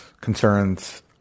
concerns